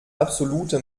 absolute